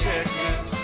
Texas